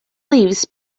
leaves